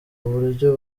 uburyo